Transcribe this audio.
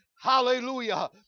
Hallelujah